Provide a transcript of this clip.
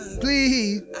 please